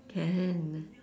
can